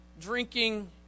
Drinking